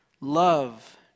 love